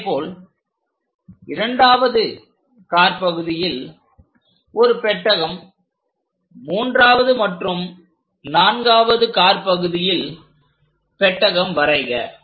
அதே போல் இரண்டாவது காற்பகுதியில் ஒரு பெட்டகம் மூன்றாவது மற்றும் நான்காவது காற்பகுதியிலும் பெட்டகம் வரைக